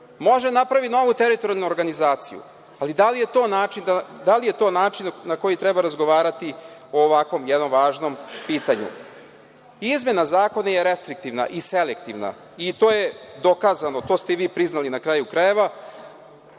Može da napravi novu teritorijalnu organizaciju, ali da li je to način na koji treba razgovarati o ovakvom jednom važnom pitanju. Izmena zakona je restriktivna i selektivna i to je dokazano, to ste vi priznali na kraju krajeva.